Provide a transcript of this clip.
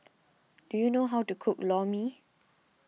do you know how to cook Lor Mee